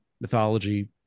mythology